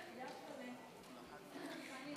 לרשותך עד חמש